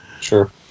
Sure